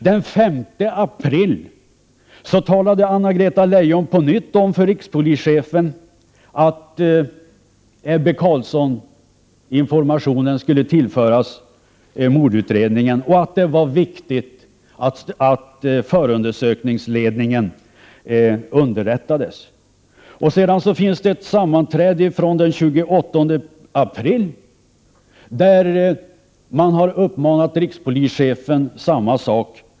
Den 5 april talade Anna-Greta Leijon på nytt om för rikspolischefen att Ebbe Carlsson-informationen skulle tillföras mordutredningen och att det var viktigt att förundersökningsledningen underrättades. Sedan har man vid ett sammanträde den 28 april uppmanat rikspolischefen samma sak.